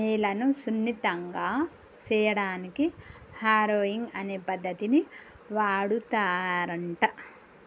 నేలను సున్నితంగా సేయడానికి హారొయింగ్ అనే పద్దతిని వాడుతారంట